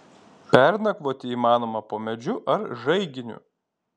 pernakvoti įmanoma po medžiu ar žaiginiu